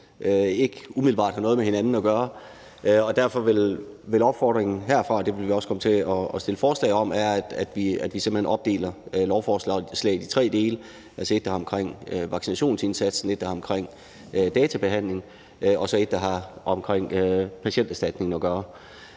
ikke umiddelbart har noget med hinanden at gøre. Derfor vil min opfordring herfra være – og det vil vi også komme til at stille forslag om – at vi simpelt hen opdeler lovforslaget i tre dele: Et omkring vaccinationsindsatsen, et omkring databehandlingen og et, der har med Patienterstatningen at gøre.